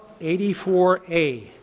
84A